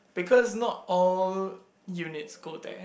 because not all units go there